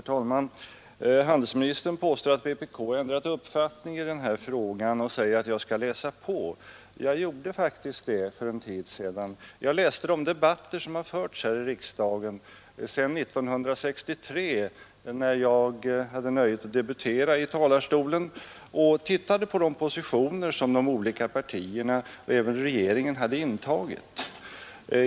Herr talman! Handelsministern påstår att vpk har ändrat uppfattning i den här frågan och säger att jag skall läsa på. Jag gjorde faktiskt det för en tid sedan. Jag läste de debatter som har förts här i riksdagen sedan 1963, när jag hade nöjet att debutera i talarstolen, och tittade på de positioner som de olika partierna och även regeringen hade intagit.